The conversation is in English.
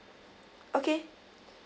okay